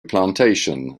plantation